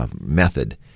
method